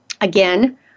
again